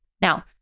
Now